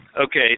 Okay